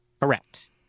Correct